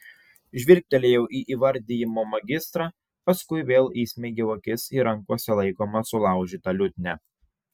žvilgtelėjau į įvardijimo magistrą paskui vėl įsmeigiau akis į rankose laikomą sulaužytą liutnią